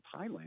Thailand